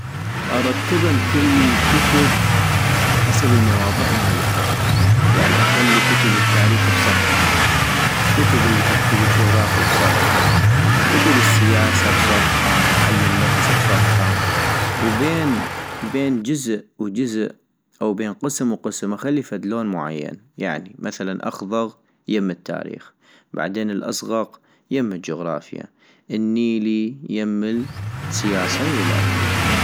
ارتبم كل الكتب حسب المواضيع مالتا، يعني اخلي كتب التاريخ بصفحة كتب الي تحكي بالجغرافية بصفحة كتب السياسة بصفحة علم النفس بصفحة، وبين بين جزء وجزء وبين قسم وقسم اخلي، فد لون معين، يعني مثلا اخضغ يم التاريخ ، بعدين الازغق يم الجغرافية النيلي يم السياسة ، والى اخره